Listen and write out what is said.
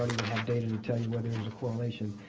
data to tell you whether there's a correlation.